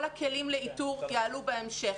כל הכלים לאיתור יעלו בהמשך.